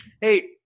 Hey